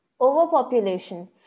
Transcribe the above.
Overpopulation